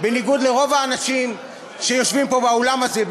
בניגוד לרוב האנשים שיושבים פה באולם הזה,